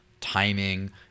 timing